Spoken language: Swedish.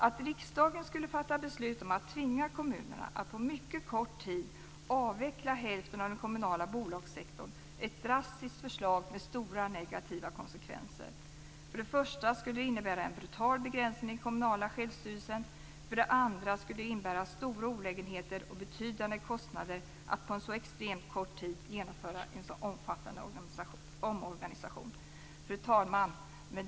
Att riksdagen skulle fatta beslut om att tvinga kommunerna att på mycket kort tid avveckla hälften av den kommunala bolagssektorn är ett drastiskt förslag med stora negativa konsekvenser. För det första skulle det innebära en brutal begränsning i den kommunala självstyrelsen. För det andra skulle det innebära stora olägenheter och betydande kostnader att på en så extremt kort tid genomföra en så omfattande omorganisation. Fru talman!